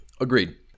Agreed